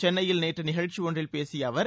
சென்னையில் நேற்று நிகழ்ச்சி ஒன்றில் பேசிய அவர்